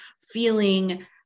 feeling